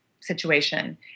situation